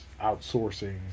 outsourcing